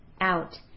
out